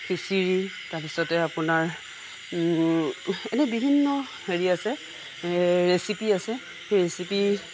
খিচিৰি তাৰপিছতে আপোনাৰ এনেই বিভিন্ন হেৰি আছে ৰেচিপি আছে সেই ৰেচিপি